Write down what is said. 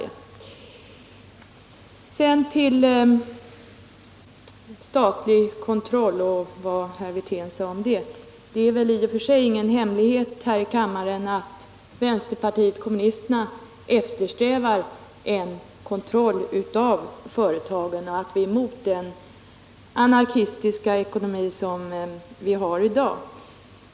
Sedan några ord om statlig kontroll och om vad herr Wirtén sade orn denna. Det är väl i och för sig ingen hemlighet här i kammaren att vänsterpartiet kommunisterna eftersträvar en kontroll av företagen och att vi är emot den anarkistiska ekonomi som råder i dag.